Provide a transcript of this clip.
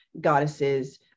goddesses